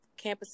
campuses